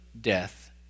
death